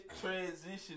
transition